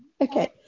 Okay